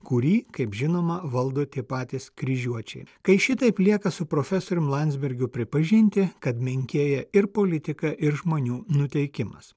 kurį kaip žinoma valdo tie patys kryžiuočiai kai šitaip lieka su profesorium landsbergiu pripažinti kad menkėja ir politika ir žmonių nuteikimas